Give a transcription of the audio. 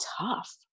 tough